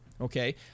Okay